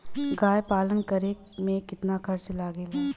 गाय पालन करे में कितना खर्चा लगेला?